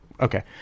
Okay